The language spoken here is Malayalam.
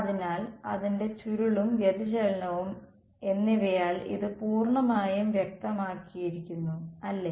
അതിനാൽ അതിന്റെ ചുരുളും വ്യതിചലനവും എന്നിവയാൽ ഇത് പൂർണ്ണമായും വ്യക്തമാക്കിയിരിക്കുന്നു അല്ലേ